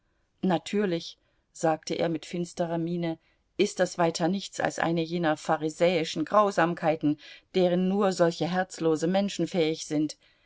natürlich sagte er mit finsterer miene ist das weiter nichts als eine jener pharisäischen grausamkeiten deren nur solche herzlose menschen fähig sind